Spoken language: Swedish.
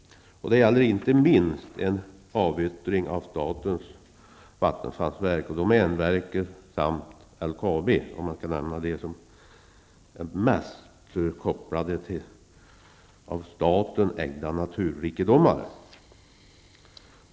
Det gäller inte minst en avyttring av statens vattenfallsverk, domänverket samt LKAB. Dessa företag är mest kopplade till av staten ägda naturrikedomar.